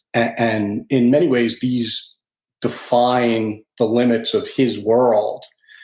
and in many ways these define the limits of his world.